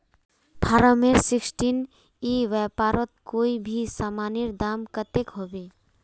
Form sixteen ई व्यापारोत कोई भी सामानेर दाम कतेक होबे?